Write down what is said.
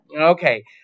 Okay